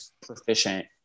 proficient